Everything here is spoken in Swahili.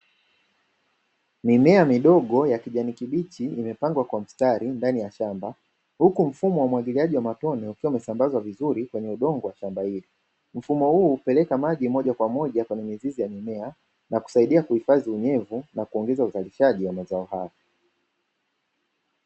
Mimea midogo ya kijani kibichi imepangwa kwa mstari ndani ya shamba, huku mfumo wa umwagiliaji wa matone ukiwa umesambazwa vizuri kwenye udongo wa shamba hili. Mfumo huu hupeleka maji moja kwa moja kwenye mizizi ya mimea na kusaidia kuhifadhi unyevu na kuongeza uzalishaji wa mazao hayo.